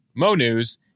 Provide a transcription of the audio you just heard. MONews